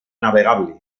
navegable